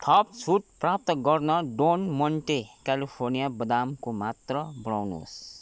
थप छुट प्राप्त गर्न डोन मोन्टे क्यालिफोर्निया बादाम को मात्रा बढाउनुहोस्